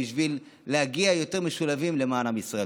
בשביל להגיע יותר משולבים למען עם ישראל.